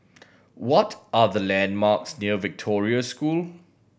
what are the landmarks near Victoria School